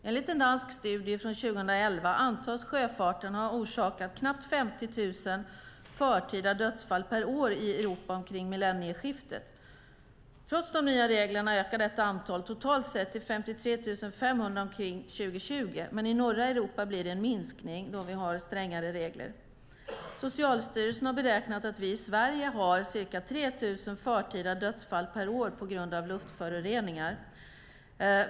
Enligt en dansk studie från 2011 antas sjöfarten ha orsakat knappt 50 000 förtida dödsfall per år i Europa omkring millennieskiftet. Trots de nya reglerna ökar detta antal totalt sett till 53 500 omkring 2020, men i norra Europa blir det en minskning, då vi har strängare regler. Socialstyrelsen har beräknat att vi i Sverige har ca 3 000 förtida dödsfall per år på grund av luftföroreningar.